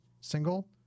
single